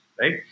right